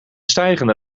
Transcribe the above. stijgende